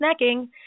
snacking